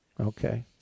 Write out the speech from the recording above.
okay